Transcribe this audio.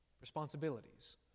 responsibilities